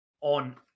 on